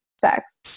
sex